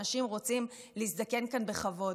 אנשים רוצים להזדקן כאן בכבוד.